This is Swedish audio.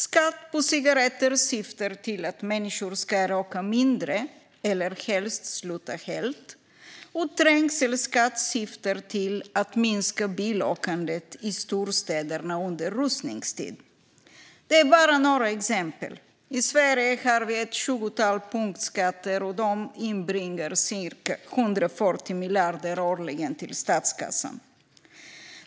Skatt på cigaretter syftar till att människor ska röka mindre eller helst sluta helt, och trängselskatt syftar till att minska bilåkandet i storstäderna under rusningstid. Det är bara några exempel. I Sverige har vi ett tjugotal punktskatter, och de inbringar cirka 140 miljarder årligen till statskassan.